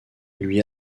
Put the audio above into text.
lui